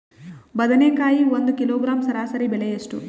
ಬದನೆಕಾಯಿ ಒಂದು ಕಿಲೋಗ್ರಾಂ ಸರಾಸರಿ ಬೆಲೆ ಎಷ್ಟು?